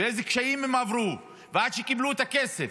ואיזה קשיים הם עברו עד שקיבלו את הכסף.